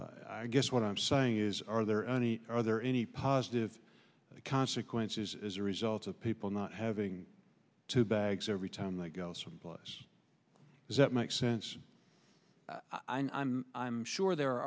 i guess what i'm saying is are there any are there any positive consequences as a result of people not having two bags every time they go someplace does that make sense i'm i'm sure there are